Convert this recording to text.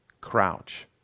crouch